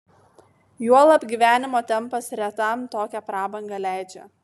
juolab gyvenimo tempas retam tokią prabangą leidžia